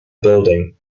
building